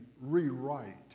rewrite